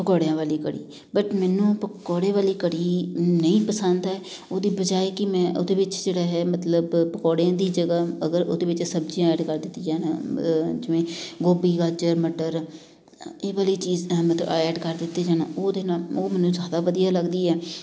ਪਕੌੜਿਆਂ ਵਾਲੀ ਕੜੀ ਬਟ ਮੈਨੂੰ ਪਕੌੜੇ ਵਾਲੀ ਕੜੀ ਨਹੀਂ ਪਸੰਦ ਹੈ ਉਹਦੀ ਬਜਾਏ ਕਿ ਮੈਂ ਉਹਦੇ ਵਿੱਚ ਜਿਹੜਾ ਹੈ ਮਤਲਬ ਪਕੌੜਿਆਂ ਦੀ ਜਗ੍ਹਾ ਅਗਰ ਉਹਦੇ ਵਿੱਚ ਸਬਜ਼ੀਆਂ ਐਡ ਕਰ ਦਿੱਤੀਆਂ ਜਾਣ ਜਿਵੇਂ ਗੋਭੀ ਗਾਜਰ ਮਟਰ ਇਹ ਵਾਲੀ ਚੀਜ਼ ਮਤਲਬ ਐਡ ਕਰ ਦਿੱਤੇ ਜਾਣ ਉਹਦੇ ਨਾਲ ਉਹ ਮੈਨੂੰ ਜ਼ਿਆਦਾ ਵਧੀਆ ਲੱਗਦੀ ਹੈ